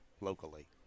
locally